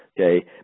okay